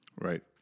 Right